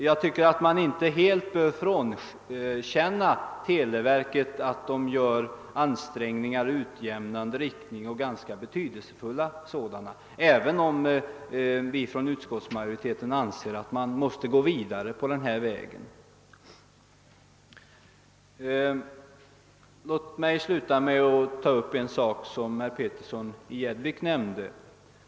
Jag tycker att man inte helt bör frånkänna televerket ganska betydelsefulla ansträngningar i utjämnande riktning, även om vi från utskottsmajoritetens sida anser att man måste gå vidare på den vägen. Låt mig sluta med en sak som herr Pettersson i Gäddvik nämnde.